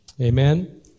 Amen